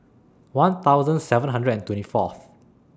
one thousand seven hundred and twenty Fourth